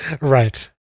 right